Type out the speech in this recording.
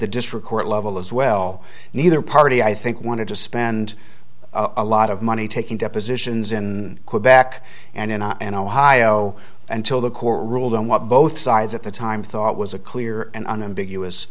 the district court level as well neither party i think wanted to spend a lot of money taking depositions in quebec and in iowa and ohio until the court ruled on what both sides at the time thought was a clear and unambiguous